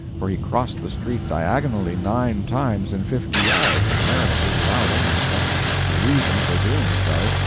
for he crossed the street diagonally nine times in fifty yards, apparently without any settled reason for doing so,